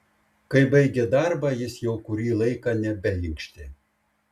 kai baigė darbą jis jau kurį laiką nebeinkštė